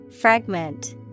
Fragment